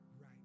right